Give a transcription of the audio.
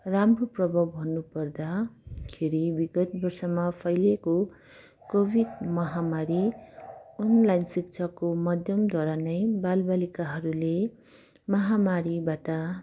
राम्रो प्रभाव भन्नु पर्दाखेरि विगत वर्षमा फैलिएको कोभिड महामारी अनलाइन शिक्षाको माध्यमद्वारा नै बालबालिकाहरूले महामारीबाट